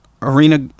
Arena